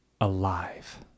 alive